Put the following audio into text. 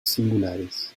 singulares